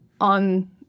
on